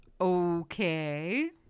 Okay